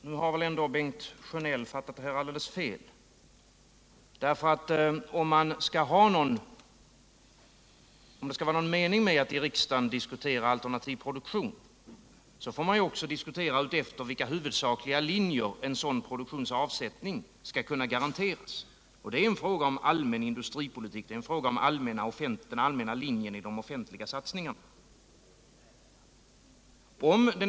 Herr talman! Bengt Sjönell har väl ändå fattat det här alldeles fel. Om det skall vara någon mening med att i riksdagen diskutera alternativ produktion, måste man också diskutera, utefter vilka huvudsakliga linjer en sådan produktions avsättning skall kunna garanteras. Det är en fråga om allmän industripolitik, det är en fråga om den allmänna linjen i de offentliga satsningarna.